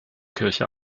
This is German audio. kirche